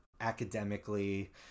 academically